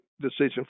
decision